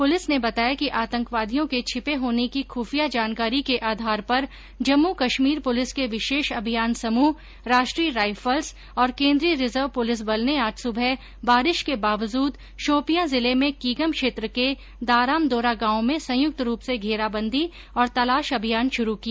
police ने बताया कि आतंकवादियों के छिपे होने की खुफिया जानकारी के आधार पर जम्मू कश्मीर पुलिस के विशेष अभियान समूह राष्ट्रीय राइफल्स और केन्द्रीय रिजर्व पुलिस बल ने आज सुबह बारिश के बावजूद शोपियां जिले में कीगम क्षेत्र के दारमदोरा गांव में संयुक्त रूप से घेराबंदी और तलाश अभियान शुरू किया